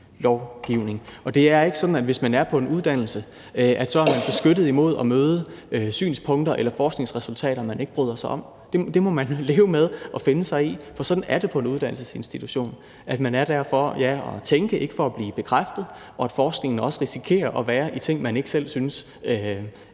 lovgivning. Og det er ikke sådan, at hvis man er på en uddannelse, er man beskyttet imod at møde synspunkter eller forskningsresultater, man ikke bryder sig om. Det må man leve med, og man må finde sig i – for sådan er det på en uddannelsesinstitution, man er der for at tænke og ikke for at blive bekræftet – at forskningen også risikerer at være i ting, man ikke selv synes